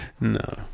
no